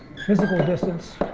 physical distance